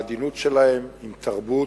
בעדינות שלהם, עם תרבות,